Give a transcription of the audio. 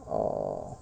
oh